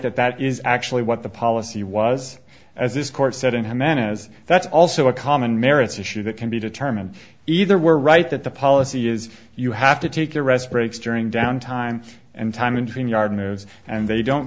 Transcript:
that that is actually what the policy was as this court said and how many has that's also a common merits issue that can be determined either were right that the policy is you have to take a rest breaks during down time and time in between yarden those and they don't